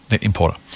importer